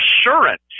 assurance